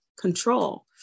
control